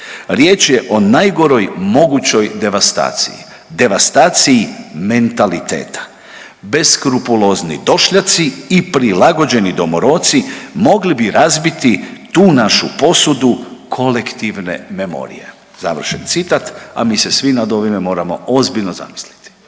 Riječ je o najgoroj mogućoj devastaciji, devastaciji mentaliteta, beskrupulozni došljaci i prilagođeni domoroci mogli bi razbiti tu našu posudu kolektivne memorije.“ Završen citat, a mi se svi nad ovime moramo ozbiljno zamisliti.